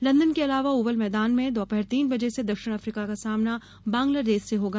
London के Oval मैदान में दोपहर तीन बजे से दक्षिण अफ्रीका का सामना बांग्लादेश से होगा